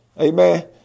Amen